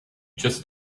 just